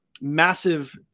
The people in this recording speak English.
massive